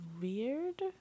weird